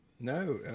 no